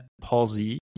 palsy